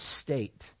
state